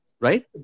Right